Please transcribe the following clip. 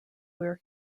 where